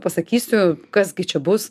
pasakysiu kas gi čia bus